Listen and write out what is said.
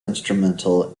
instrumental